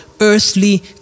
earthly